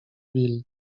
bill